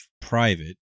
private